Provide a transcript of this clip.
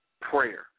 prayer